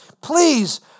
Please